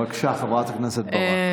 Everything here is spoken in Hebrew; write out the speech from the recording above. בבקשה, חברת הכנסת ברק.